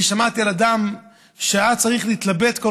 אני שמעתי על אדם שהיה צריך להתלבט כל